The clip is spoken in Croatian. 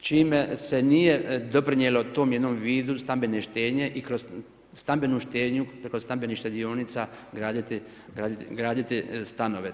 čime se nije doprinijelo tom jednom vidu stambene štednje i kroz stambenu štednju preko stambenih štedionica graditi stanove.